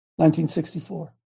1964